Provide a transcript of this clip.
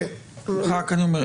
רק אני אומר,